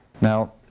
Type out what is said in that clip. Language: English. Now